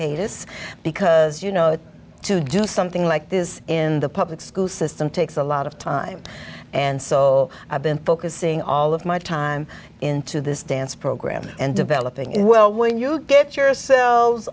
hiatus because you know to do something like this in the public school system takes a lot of time and so i've been focusing all of my time into this dance program and developing it well when you get your